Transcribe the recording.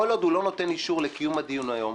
כל עוד הוא לא נותן אישור לקיום הדיון היום,